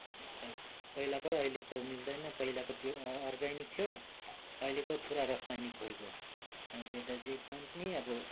त्यसलाई पहिलाको र अहिलेको मिल्दैन पहिलाको प्युर अर्ग्यानिक थियो अहिलेको पुरै रासायनिक भइगयो अनि त्यता जे पनि अब